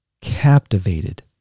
captivated